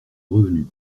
revenu